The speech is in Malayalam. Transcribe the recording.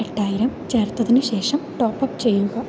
എട്ടായിരം ചേർത്തതിന് ശേഷം ടോപ്പപ് ചെയ്യുക